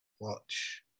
watch